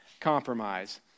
Compromise